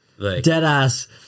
Deadass